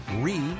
re